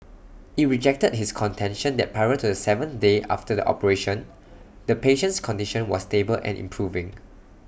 IT rejected his contention that prior to the seventh day after the operation the patient's condition was stable and improving